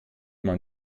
man